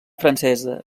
francesa